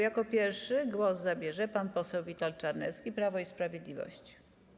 Jako pierwszy głos zabierze pan poseł Witold Czarnecki, Prawo i Sprawiedliwość.